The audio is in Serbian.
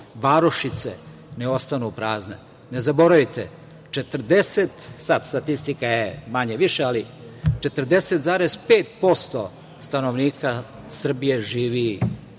varošice ne ostanu prazne. Ne zaboravite, sad statistika je manje-više, 40,5% stanovnika Srbije živi